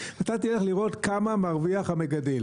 אבל אתה תלך לראות כמה מרוויח המגדל